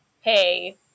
hey